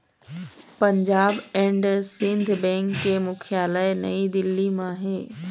Punjab and Sind bank के मुख्यालय नई दिल्ली म हे